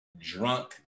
drunk